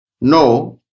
No